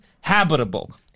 habitable